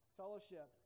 fellowship